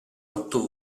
otto